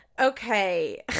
Okay